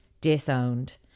disowned